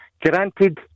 granted